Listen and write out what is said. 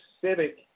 civic